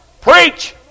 preach